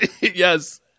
Yes